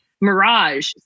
mirage